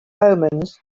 omens